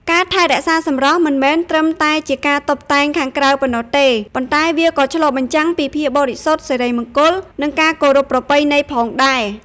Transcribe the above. ការថែរក្សាសម្រស់មិនមែនត្រឹមតែជាការតុបតែងខាងក្រៅប៉ុណ្ណោះទេ ប៉ុន្តែវាក៏ឆ្លុះបញ្ចាំងពីភាពបរិសុទ្ធ សិរីមង្គល និងការគោរពប្រពៃណីផងដែរ ។